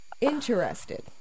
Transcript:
interested